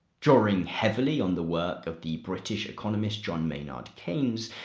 drawing heavily on the work of the british economist john maynard keynes,